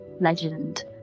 legend